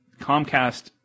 Comcast